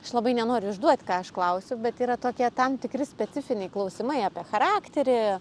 aš labai nenoriu išduot ką aš klausiu bet yra tokie tam tikri specifiniai klausimai apie charakterį